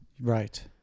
right